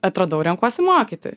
atradau renkuosi mokyti